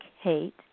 hate